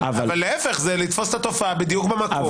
להיפך, זה לתפוס את התופעה בדיוק במקום.